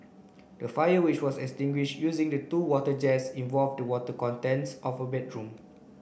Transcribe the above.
the fire which was extinguish using two water jets involved the contents of a bedroom